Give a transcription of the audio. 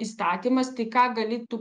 įstatymas tai ką gali tu